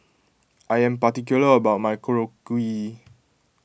I am particular about my Korokke